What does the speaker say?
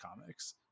comics